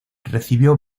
recibió